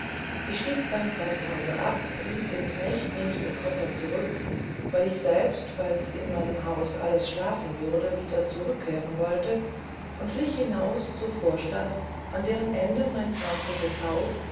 ich stieg beim posthause ab ließ den knecht nebst dem koffer zurück weil ich selbst falls in meinem hause alles schlafen würde wieder zurückkehren wollte und schlich hinaus zur vorstadt an deren ende mein freundliches haus